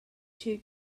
two